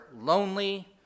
lonely